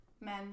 men